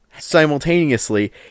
simultaneously